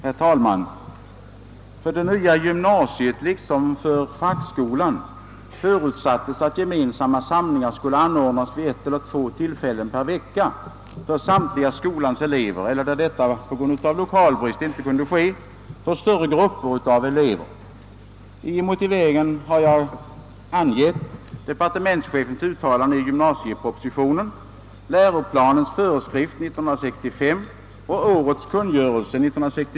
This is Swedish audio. Herr talman! För det nya gymnasiet liksom för fackskolan förutsattes att gemensamma samlingar skulle anordnas vid ett eller två tillfällen per vecka för samtliga skolans elever eller — där detta på grund av lokalbrist inte kunde ske samtidigt — för större grupper av elever. I gymnasiepropositionen 1964 uttalade departementschefen: »Liksom GU och FU finner jag det angeläget att gymnasiets och fackskolans behov av en för hela eller en stor del av skolan gemensam samling tillgodoses ... Stor frihet bör ges i skolan att inom ramen för allmänna — t.ex. i läroplanen givna — riktlinjer utforma verksamheten.